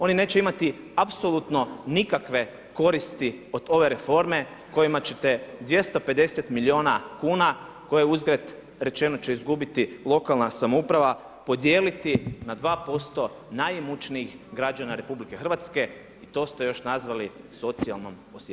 Oni neće imati apsolutno nikakve koristi od ove reforme kojima ćete 250 miliona kuna koje uzgred rečeno će izgubiti lokalna samouprava, podijeliti na 2% najimućnijih građana RH i to ste još nazvali socijalnom osjetljivošću.